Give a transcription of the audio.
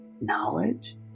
knowledge